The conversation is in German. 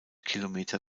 kilometer